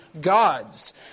gods